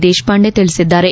ದೇಶಪಾಂಡೆ ತಿಳಿಸಿದ್ದಾರೆ